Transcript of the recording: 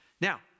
Now